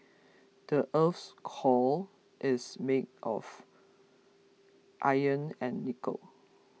the earth's core is made of iron and nickel